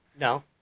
No